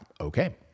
Okay